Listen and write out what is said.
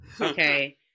Okay